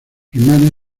hermana